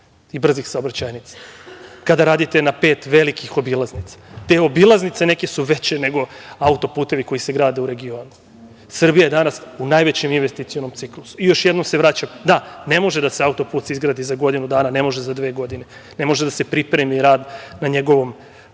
i brzih saobraćajnica, kada radite na pet velikih obilaznica. Te neke obilaznice su veće nego autoputevi koji se grade u regionu. Srbija je danas u najvećem investicionom ciklusu. Još jednom se vraćam, da, ne može autoput da se izgradi za godinu dana, ne može za dve godine, ne može da se pripremi rad na njegovoj